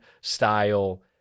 style